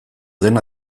den